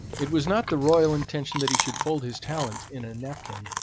it was not the royal intention that he should fold his talent in a napkin.